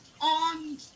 on